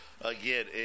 again